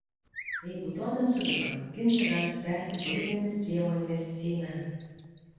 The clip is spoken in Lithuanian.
jeigu to nesugeba ginčą gali spręsti politinėmis priemonėmis seime